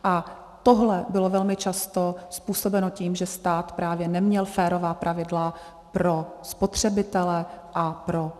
A tohle bylo velmi často způsobeno tím, že stát právě neměl férová pravidla pro spotřebitele a půjčování peněz.